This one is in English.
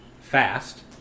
fast